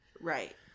Right